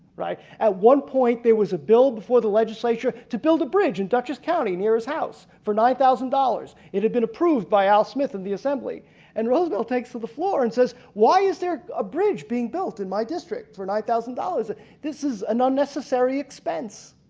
right? at one point there was a bill before the legislature to build a bridge in duchess county near his house for nine thousand dollars it had been approved by al smith and the assembly and roosevelt takes to the floor and says why is there a bridge being built in my district for nine thousand dollars. this is an unnecessary expense